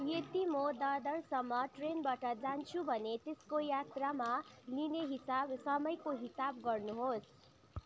यदि म दादरसम्म ट्रेनबाट जान्छु भने त्यसको यात्रामा लिने हिसाब समयको हिसाब गर्नुहोस्